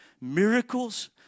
miracles